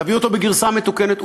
תביאו אותו בגרסה מתוקנת,